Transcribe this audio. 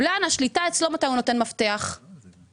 השליטה לגבי מתי הוא נותן מפתח נמצאת אצלו.